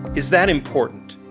is that important?